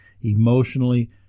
emotionally